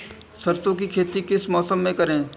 सरसों की खेती किस मौसम में करें?